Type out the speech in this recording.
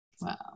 Wow